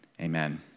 Amen